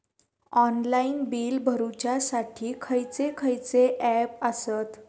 Online bill भरुच्यासाठी खयचे खयचे ऍप आसत?